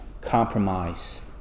compromise